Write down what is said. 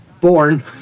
born